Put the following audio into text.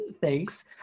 thanks